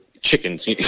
chickens